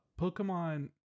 Pokemon